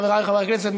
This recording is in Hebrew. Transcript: חברי חברי הכנסת,